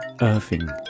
Irving